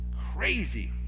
Crazy